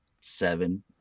seven